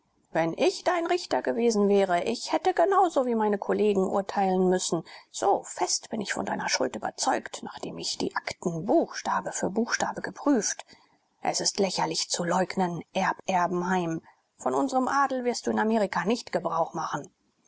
wenn ich dein richter gewesen wäre ich hätte genau so wie meine kollegen urteilen müssen so fest bin ich von deiner schuld überzeugt nachdem ich die akten buchstabe für buchstabe geprüft es ist lächerlich zu leugnen erb erbenheim von unsrem adel wirst du in amerika nicht gebrauch machen